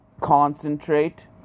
concentrate